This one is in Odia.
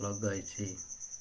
ଲଗାଇଛି